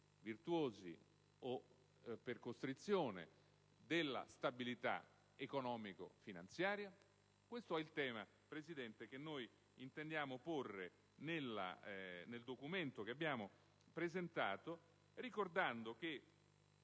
virtuosi o per costrizione, della stabilità economico-finanziaria. Questo è il tema, signora Presidente, che noi intendiamo porre nel documento che abbiamo presentato, ricordando che